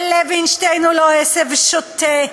שלוינשטיין הוא לא עשב שוטה,